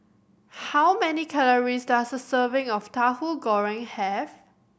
how many calories does a serving of Tahu Goreng have